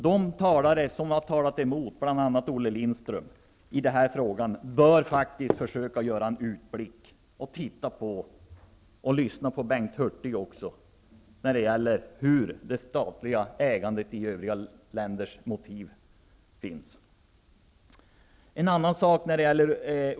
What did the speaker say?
De talare som påstått något annat, bl.a. Olle Lindström, bör göra en utblick och titta på vilka motiv som finns för statligt ägande i övriga länder. Lyssna gärna på Bengt Hurtig också!